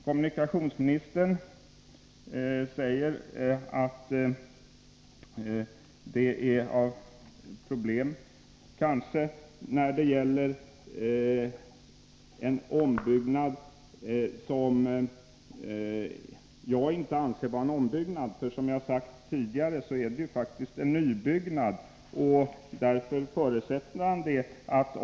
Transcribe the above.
Kommunikationsministern säger att det finns problem när det gäller ombyggnaden, men det är inte fråga om en ombyggnad. Som jag har sagt tidigare gäller det faktiskt en nybyggnad.